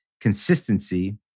consistency